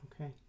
Okay